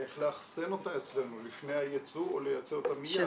איך לאכסן אותה אצלנו לפני הייצוא או לייצא אותה מיד.